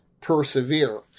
persevere